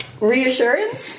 reassurance